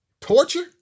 Torture